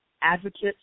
advocates